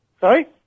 Sorry